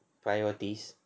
priorities